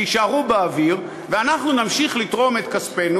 שיישארו באוויר ואנחנו נמשיך לתרום את כספנו,